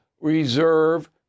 reserve